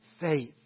faith